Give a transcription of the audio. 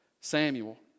Samuel